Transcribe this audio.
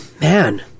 Man